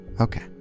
Okay